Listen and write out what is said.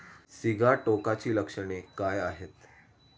सिगाटोकाची लक्षणे काय आहेत?